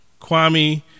Kwame